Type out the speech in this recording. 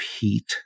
heat